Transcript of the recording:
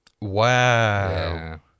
Wow